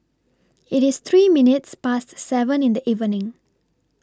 IT IS three minutes Past seven in The evening